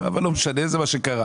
אבל לא משנה זה מה שקרה